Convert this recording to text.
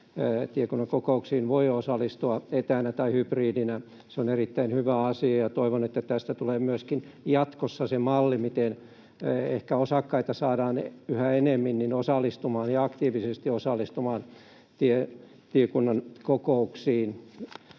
tiekunnan kokouksiin voi osallistua etänä tai hybridinä. Se on erittäin hyvä asia, ja toivon, että tästä tulee myöskin jatkossa se malli, miten ehkä osakkaita saadaan yhä enemmän osallistumaan ja aktiivisesti osallistumaan tiekunnan kokouksiin.